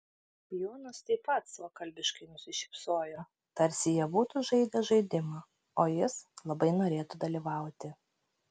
jonas taip pat suokalbiškai nusišypsojo tarsi jie būtų žaidę žaidimą o jis labai norėtų dalyvauti